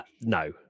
no